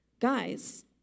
Guys